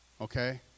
Okay